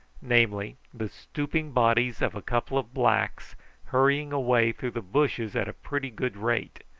namely, the stooping bodies of a couple of blacks hurrying away through the bushes at a pretty good rate.